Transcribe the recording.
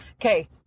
Okay